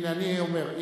הנה, אני אומר.